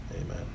Amen